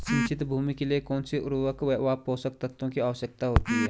सिंचित भूमि के लिए कौन सी उर्वरक व पोषक तत्वों की आवश्यकता होती है?